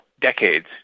decades